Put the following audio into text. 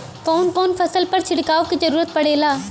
कवन कवन फसल पर छिड़काव के जरूरत पड़ेला?